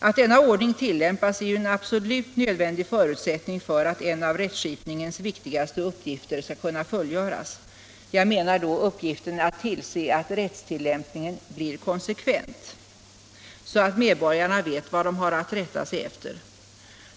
Att denna ordning tillämpas är en absolut nödvändig förutsättning för att en av rättskipningens viktigaste uppgifter skall kunna fullgöras, nämligen uppgiften att tillse att rättstillämpningen blir konsekvent, så att medborgarna vet vad de har att rätta sig efter.